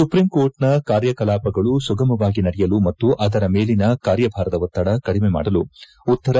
supreme ಕೋರ್ಟ್ನ ಕಾರ್ಯಕಲಾಪಗಳು ಸುಗಮವಾಗಿ ನಡೆಯಲು ಮತ್ತು ಅದರ ಮೇಲಿನ ಕಾರ್ಯಭಾರದ ಒತ್ತಡ ಕಡಿಮೆ ಮಾಡಲು ಉತ್ತರ